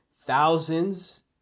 thousands